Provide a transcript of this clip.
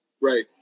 Right